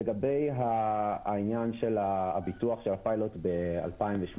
לגבי העניין של הביטוח של הפיילוט ב-2018,